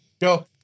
Go